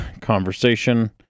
conversation